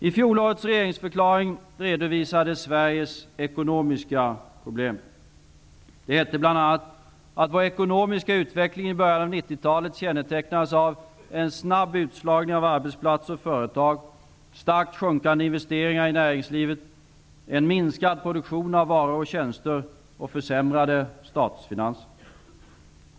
I fjolårets regeringsförklaring redovisades Sveriges ekonomiska problem. Det hette bl.a. att vår ekonomiska utveckling i början av 1990-talet kännetecknades av ''en snabb utslagning av arbetsplatser och företag, starkt sjunkande investeringar i näringslivet, en minskande produktion av varor och tjänster och försämrade statsfinanser''.